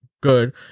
good